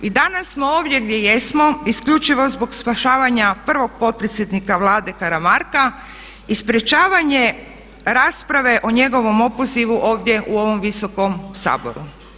I danas smo ovdje gdje jesmo isključivo zbog spašavanja prvog potpredsjednika Vlade Karamarka i sprečavanje rasprave o njegovom opozivu ovdje u ovom Visokom saboru.